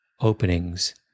openings